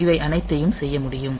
இவை அனைத்தையும் செய்ய முடியும்